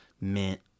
Mint